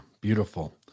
beautiful